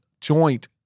joint